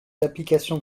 applications